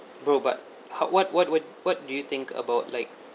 bro but how what what what what do you think about like